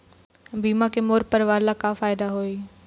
बीमा के मोर परवार ला का फायदा होही?